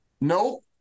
no